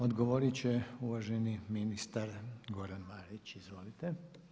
Odgovorit će uvaženi ministar Goran Marić, izvolite.